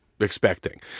expecting